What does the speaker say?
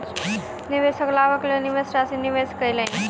निवेशक लाभक लेल निवेश राशि निवेश कयलैन